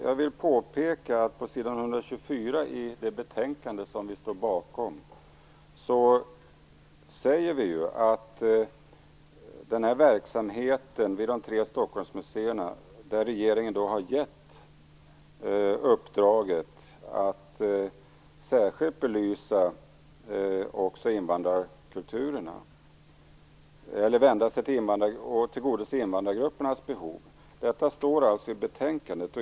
Jag vill påpeka att vi på s. 124 i det betänkande som vi står bakom säger att när det gäller verksamheten vid de tre Stockholmsmuseerna har regeringen gett uppdraget att tillgodose invandrargruppernas behov. Detta står alltså i betänkandet.